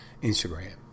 Instagram